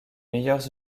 meilleures